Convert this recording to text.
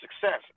success